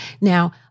Now